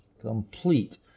complete